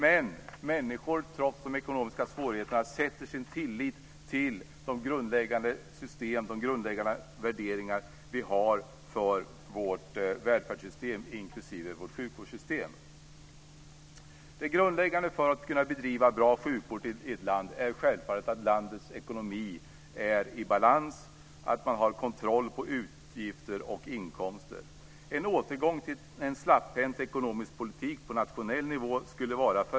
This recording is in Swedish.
Men människor sätter, trots de ekonomiska svårigheterna, sin tillit till de grundläggande värderingar som vi har för vårt välfärdssystem och sjukvårdssystem. Det grundläggande för att man ska kunna bedriva en bra sjukvård i ett land är självfallet att landets ekonomi är i balans, att man har kontroll på utgifterna och inkomsterna.